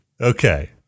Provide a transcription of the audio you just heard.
Okay